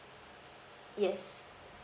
yes